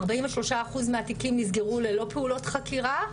43 אחוז מהתיקים נסגרו ללא פעולות חקירה,